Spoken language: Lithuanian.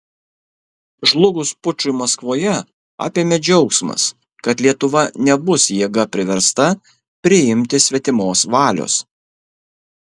žlugus pučui maskvoje apėmė džiaugsmas kad lietuva nebus jėga priversta priimti svetimos valios